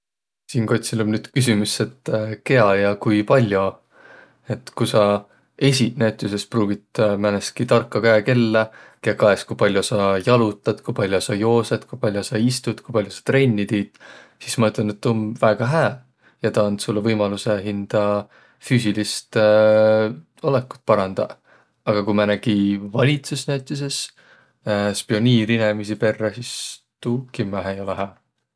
Siinkotsil om nüüd küsümüs, et kiä ja ku pall'o. Et ku sa esiq näütüses pruugit näütüses mõnda tarka käekellä, kiä kaes, ku pall'o sa jalotat, ku pall'o sa joosõt, ku pall'o sa istut, ku pall'o sa trenni tiit, sis ma ütelnüq, et tuu om väega hää ja taa and sullõ võimalusõ hindä füüsilist olõkut parandaq. Aga ku määnegi valitsus näütüses spioniir inemiisi perrä, sis tuu kimmähe ei olõq hää.